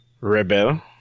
Rebel